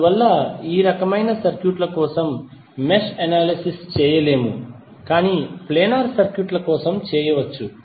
అందువల్ల ఈ రకమైన సర్క్యూట్ల కోసం మెష్ అనాలిసిస్ చేయలేము కాని ప్లేనార్ సర్క్యూట్ల కోసం చేయవచ్చు